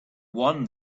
won